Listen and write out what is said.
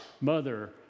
mother